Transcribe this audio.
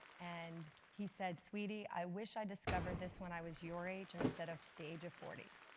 and he said, sweetie, i wish i discovered this when i was your age instead of the age of forty.